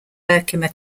herkimer